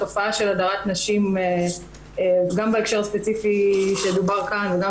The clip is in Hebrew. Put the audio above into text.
התופעה של הדרת נשים גם בהקשר הספציפי שדובר כאן וגם